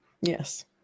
Yes